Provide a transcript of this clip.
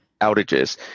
outages